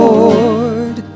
Lord